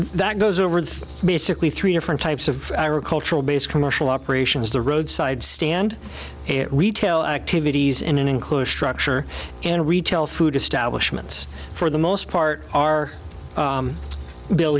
that goes over the basically three different types of agricultural base commercial operations the roadside stand retail activities in an enclosed structure in a retail food establishments for the most part our bill